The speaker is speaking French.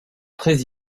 très